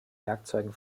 werkzeugen